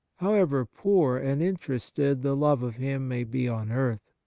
however poor and interested the love of him may be on earth.